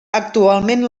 actualment